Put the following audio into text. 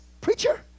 preacher